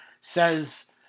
says